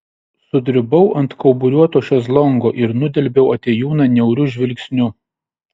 sudribau ant kauburiuoto šezlongo ir nudelbiau atėjūną niauriu žvilgsniu